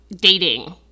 dating